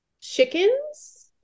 chickens